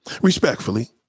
respectfully